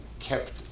Kept